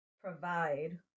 provide